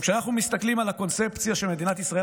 כשאנחנו מסתכלים על הקונספציה שמדינת ישראל